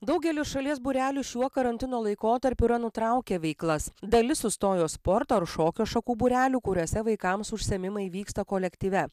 daugelis šalies būrelių šiuo karantino laikotarpiu yra nutraukę veiklas dalis sustojo sporto ar šokio šakų būrelių kuriuose vaikams užsiėmimai vyksta kolektyve